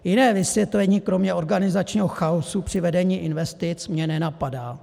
Jiné vysvětlení kromě organizačního chaosu při vedení investic mě nenapadá.